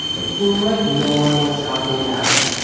it seemed like no one was talking about it.